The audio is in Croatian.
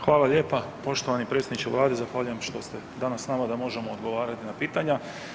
Hvala lijepa poštovani predsjedniče Vlade, zahvaljujem što ste danas s nama da možemo odgovarati na pitanja.